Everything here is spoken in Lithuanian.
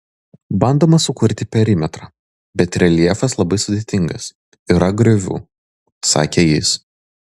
bandome sukurti perimetrą bet reljefas labai sudėtingas yra griovų sakė jis